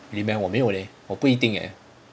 really meh 我没有 leh 我不一定 leh